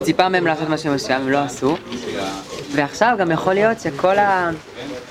ציפה מהם לעשות משהו מסויים, הם לא עשו. ועכשיו גם יכול להיות שכל ה...